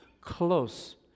close